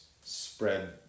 spread